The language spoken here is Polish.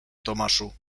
tomaszu